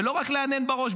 ולא רק להנהן בראש,